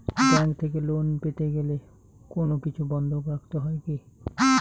Bank থেকে loan পেতে গেলে কোনো কিছু বন্ধক রাখতে হয় কি?